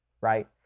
right